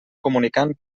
comunicant